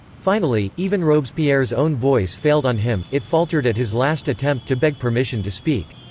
finally, even robespierre's own voice failed on him it faltered at his last attempt to beg permission to speak.